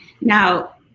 Now